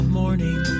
morning